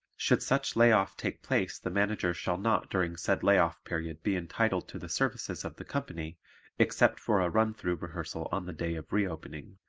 should such lay-off take place the manager shall not during said lay-off period be entitled to the services of the company except for a run-through rehearsal on the day of re-opening,